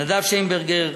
נדב שיינברגר,